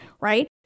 right